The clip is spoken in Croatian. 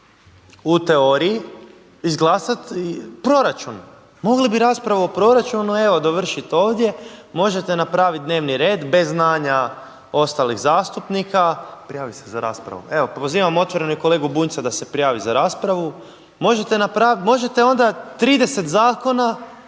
u teoriji izglasati proračun. Mogli bi raspravu o proračunu evo dovršiti ovdje. Možete napraviti dnevni red bez znanja ostalih zastupnika. Prijavi se za raspravu. Evo pozivam otvoreno i kolegu Bunjca da se prijavi za raspravu. Možete onda 30 zakona